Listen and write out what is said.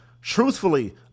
truthfully